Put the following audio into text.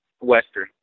Western